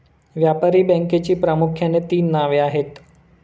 व्यापारी बँकेची प्रामुख्याने तीन नावे आहेत